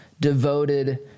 devoted